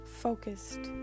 focused